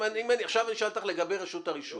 עכשיו אני אשאל אותך לגבי רשות הרישוי.